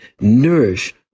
nourish